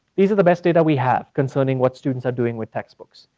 these are the best data we have concerning what students are doing with textbooks.